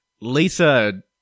Lisa